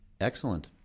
Excellent